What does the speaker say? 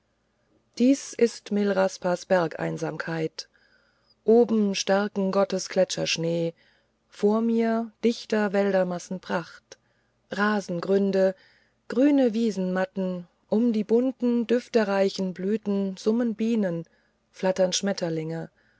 dies ist mil'raspas bergeinsamkeit oben starken gottes gletscherschnee vor mir dichter wäldermassen pracht rasengrunde grüne wiesenmatten um die bunten düftereichen blüten summen bienen flattern schmetterlinge